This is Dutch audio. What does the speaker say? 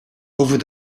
over